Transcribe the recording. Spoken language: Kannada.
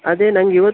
ಅದೇ ನಂಗೆ ಇವತ್ತು